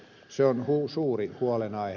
se on suuri huolenaihe